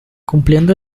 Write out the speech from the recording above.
cumpliendo